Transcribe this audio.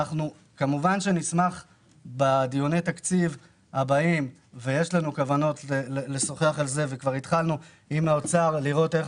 וכמובן שבדיוני התקציב הבאים נשמח לראות איך